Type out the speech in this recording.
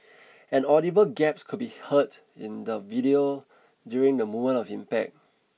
an audible gaps could be heard in the video during the moment of impact